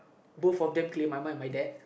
both of them claim uh my mum and my dad